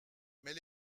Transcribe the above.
mais